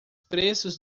preços